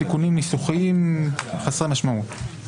תיקוני נוסח חסרי משמעות.